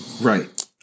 Right